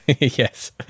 Yes